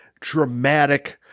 dramatic